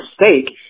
mistake